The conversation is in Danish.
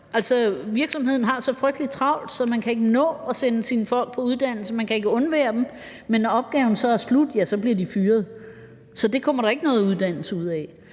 det. Virksomheden har så frygtelig travlt, så man ikke kan nå at sende sine folk på uddannelse, man kan ikke undvære dem, men når opgaven så er slut, bliver de fyret. Så det kommer der ikke noget uddannelse ud af.